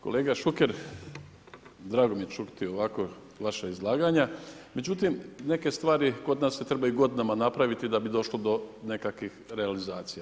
Kolega Šuker drago mi je čuti ovako vaša izlaganja, međutim neke stvari kod nas se trebaju godinama napraviti da bi došlo do nekakvih realizacija.